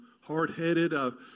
hard-headed